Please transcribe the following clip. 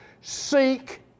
seek